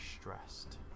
stressed